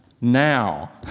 Now